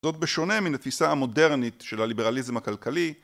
זאת בשונה מן התפיסה המודרנית של הליברליזם הכלכלי...